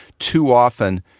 too often,